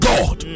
God